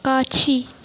காட்சி